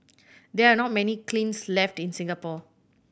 there are not many kilns left in Singapore